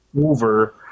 over